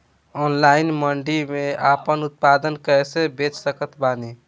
Online mandi मे आपन उत्पादन कैसे बेच सकत बानी?